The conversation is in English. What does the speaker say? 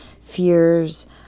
fears